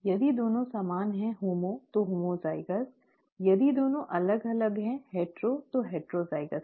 यदि दोनों समान हैं होमो तो होमोज़ाइगस यदि दोनों अलग अलग हैंहेटरो तो हेटरोज़ाइगस हैं